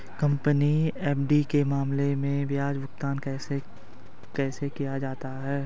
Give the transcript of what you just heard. Company FD के मामले में ब्याज भुगतान कैसे किया जाता है?